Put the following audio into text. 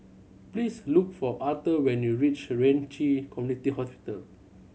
please look for Arthur when you reach Ren Ci Community Hospital